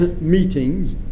meetings